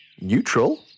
Neutral